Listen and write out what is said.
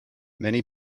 many